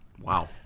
Wow